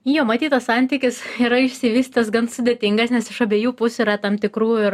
jo matytas santykis yra išsivystęs gan sudėtingas nes iš abiejų pusių yra tam tikrų ir